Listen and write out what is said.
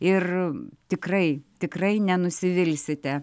ir tikrai tikrai nenusivilsite